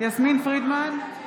יסמין פרידמן,